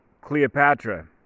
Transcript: Cleopatra